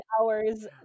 hours